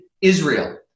Israel